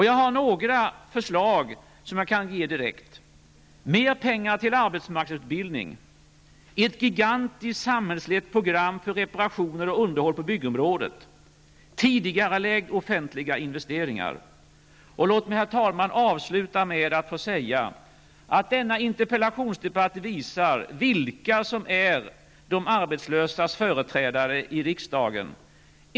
Jag har några förslag som jag kan ge direkt: -- ett gigantiskt samhällslett program för reparationer och underhåll på byggområdet -- tidigarelägg offentliga investeringar. Och låt mig, herr talman, avsluta med att säga att denna interpellationsdebatt visar vilka som är de arbetslösas företrädare i riksdagen.